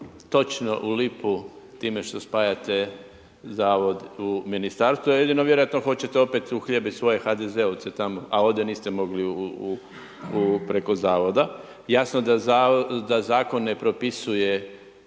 točno u lipu time što spajate Zavod u Ministrstvo? Jedino vjerojatno hoćete opet uhljebiti svoje HDZ-ovce tamo a ovdje niste mogli preko Zavoda. Jasno da zakon ne propisuje